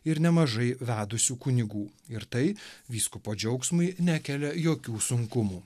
ir nemažai vedusių kunigų ir tai vyskupo džiaugsmui nekelia jokių sunkumų